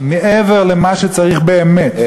מעבר למה שצריך באמת, זה